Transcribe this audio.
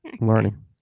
learning